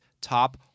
top